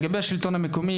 לגבי השלטון המקומי,